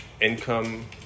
income